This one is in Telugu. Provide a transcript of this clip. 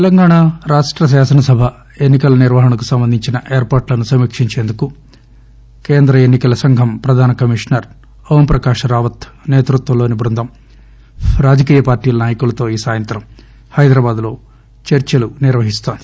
తెలంగాణ రాష్ట శాసనసభ ఎన్సి కల నిర్వహణకు సంబంధించిన ఏర్పాట్లను సమీకించేందుకు కేంద్ర ఎన్ని కల సంఘం ప్రధాన కమీషనర్ ఓంప్రకాశ్ రావత్ నేతృత్పంలోని బృందం రాజకీయ పార్టీల నాయకులతో ఈ సాయంత్రం హైదరాబాద్లో చర్చలు నిర్వహిస్తోంది